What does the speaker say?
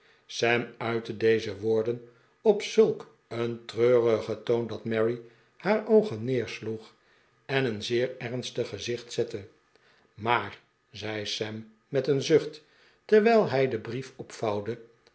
sam uitte deze woorden op zulk een treurigen toon dat mary haar oogen neersloeg en een zeer ernstig gezicht zette maar zei sam met een zucht terwijl hij den brief opvouwde